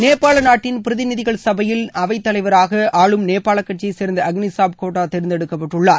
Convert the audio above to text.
நேபாள நாட்டின் பிரதிநிதிகள் கடையில் அவைத் தலைவராக ஆளும் நேபாள கட்சியை சேர்ந்த அக்னி சாப் கோட்டா தேர்ந்தெடுக்கப்பட்டுள்ளார்